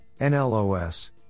NLOS